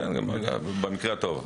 במקרה הטוב.